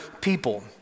people